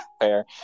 Fair